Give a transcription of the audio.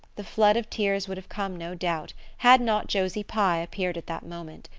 the flood of tears would have come, no doubt, had not josie pye appeared at that moment.